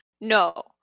No